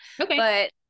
Okay